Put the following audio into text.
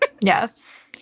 yes